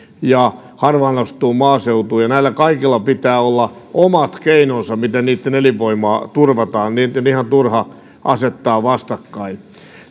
ja harvaan asuttuun maaseutuun ja näillä kaikilla pitää olla omat keinonsa miten niitten elinvoimaa turvataan niitä on ihan turha asettaa vastakkain